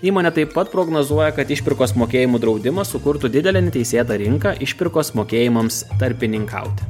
įmonė taip pat prognozuoja kad išpirkos mokėjimų draudimas sukurtų didelę neteisėtą rinką išpirkos mokėjimams tarpininkaut